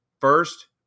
first